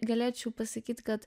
galėčiau pasakyt kad